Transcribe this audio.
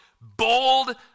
bold